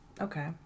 Okay